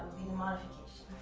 the modification.